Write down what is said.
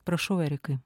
prašau erikai